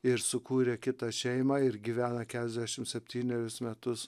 ir sukūrė kitą šeimą ir gyvena keturiasdešimt septynerius metus